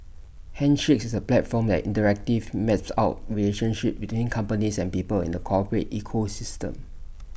handshakes is A platform that interactively maps out relationships between companies and people in the corporate ecosystem